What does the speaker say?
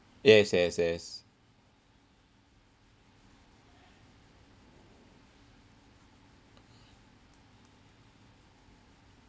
yes yes yes